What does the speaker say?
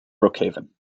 brookhaven